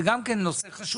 זה גם כן נושא חשוב.